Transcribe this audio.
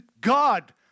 God